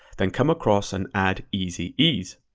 then come across and add easy ease.